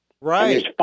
Right